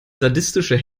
sadistische